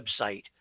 website